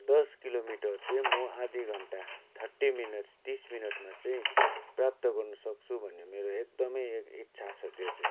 दस किलोमिटर चाहिँ म आधी घन्टा थर्टी मिनट्स तिस मिनटमा चाहिँ प्राप्त गर्नसक्छु भन्ने मेरो एकदमै एक इच्छा छ त्यो चाहिँ